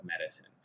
medicine